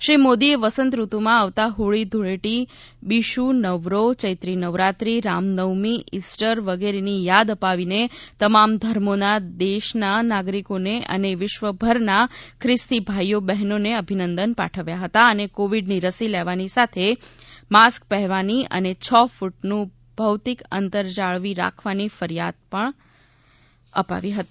શ્રી મોદીએ વસંતઋતુમાં આવતાં હોળી ધૂળેટી બીશુ નવરોહ ચૈત્રી નવરાત્રી રામનવમી ઇસ્ટર વગેરેની યાદ આપીને તમામ ધર્મોના દેશના નાગરિકોને અને વિશ્વભરના ખ્રિસ્તી ભાઇઓ બહેનોને અભિનંદન પાઠવ્યા હતા અને કોવિડની રસી લેવાની સાથે માસ્ક પહેરવાની અને છ ફ્રટનું ભૌતિક અંતર જાળવી રાખવાની ફરીયાદ પણ અપાવી હતી